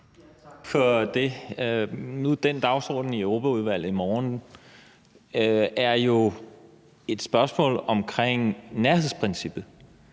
Tak for det. Nu er den dagsorden i Europaudvalget i morgen jo et spørgsmål omkring nærhedsprincippet,